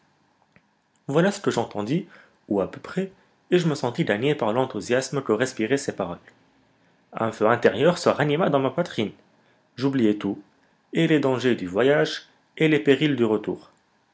voilà ce que j'entendis ou à peu près et je me sentis gagné par l'enthousiasme que respiraient ces paroles un feu intérieur se ranima dans ma poitrine j'oubliai tout et les dangers du voyage et les périls du retour